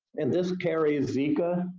and this carries zika,